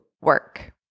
work